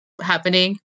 happening